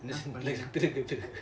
என்ன பண்ண:enna panna